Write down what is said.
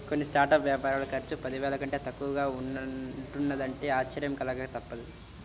కొన్ని స్టార్టప్ వ్యాపారాల ఖర్చు పదివేల కంటే తక్కువగా ఉంటున్నదంటే ఆశ్చర్యం కలగక తప్పదు